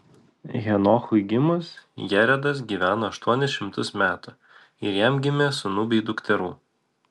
henochui gimus jeredas gyveno aštuonis šimtus metų ir jam gimė sūnų bei dukterų